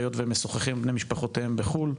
היות והם משוחחים עם בני משפחותיהם בחו"ל,